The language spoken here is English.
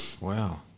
Wow